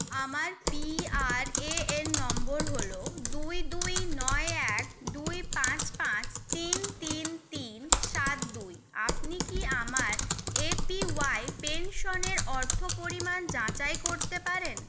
আমার পিআরএএন নম্বর হল দুই দুই নয় এক দুই পাঁচ পাঁচ তিন তিন তিন সাত দুই আপনি কি আমার এপিওয়াই পেনশনের অর্থ পরিমাণ যাচাই করতে পারেন